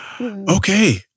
Okay